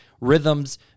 rhythms